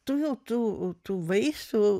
tu jau tų vaisių